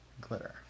glitter